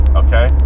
okay